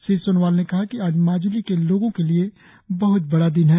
श्री सोनोवाल ने कहा कि आज माज्ली के लोगों के लिए बहत बड़ा दिन है